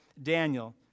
Daniel